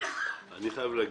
אני חייב להגיד,